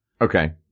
Okay